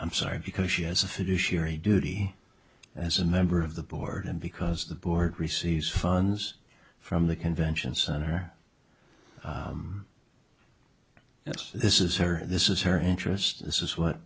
i'm sorry because she has a fiduciary duty as a member of the board and because the board receives funds from the convention center yes this is her this is her interest this is what